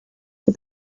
for